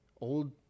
old